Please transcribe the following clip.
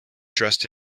dressed